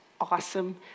awesome